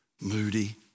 Moody